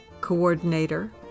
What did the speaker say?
coordinator